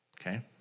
Okay